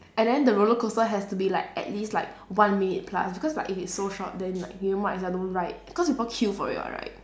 and then the roller coaster has to be like at least like one minute plus because like if it's so short then like you might as well don't ride because people queue for it [what] right